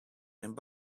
and